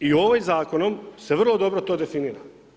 I ovim zakonom se vrlo dobro to definira.